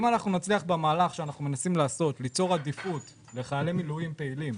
אם נצליח במהלך שאנחנו מנסים לעשות ליצור עדיפות לחיילי מילואים פעילים,